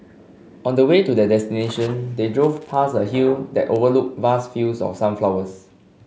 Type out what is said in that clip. on the way to their destination they drove past a hill that overlooked vast fields of sunflowers